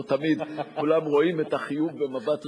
לא תמיד כולם רואים את החיוב במבט ראשון,